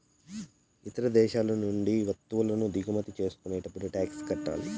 ఇతర దేశాల నుండి వత్తువులను దిగుమతి చేసుకునేటప్పుడు టాక్స్ కట్టాలి